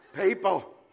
People